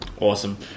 Awesome